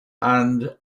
and